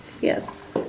yes